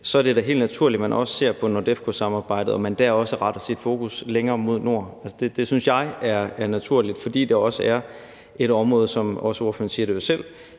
er det da helt naturligt, at man også ser på NORDEFCO-samarbejdet, og at man der også retter sit fokus længere mod nord. Det synes jeg er naturligt, fordi det også er et område – og ordføreren siger det jo også